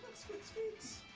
split-stakes